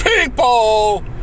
people